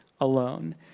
alone